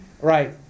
right